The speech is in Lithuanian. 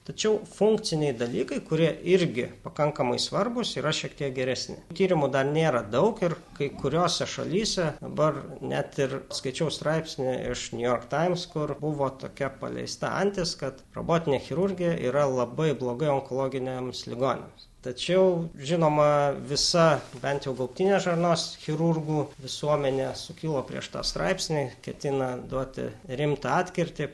tačiau funkciniai dalykai kurie irgi pakankamai svarbūs yra šiek tiek geresni tyrimų dar nėra daug ir kai kuriose šalyse dabar net ir skaičiau straipsnį iš new york times kur buvo tokia paleista antis kad robotinė chirurgija yra labai blogai onkologiniams ligoniams tačiau žinoma visa bent jau gaubtinės žarnos chirurgų visuomenė sukilo prieš tą straipsnį ketina duoti rimtą atkirtį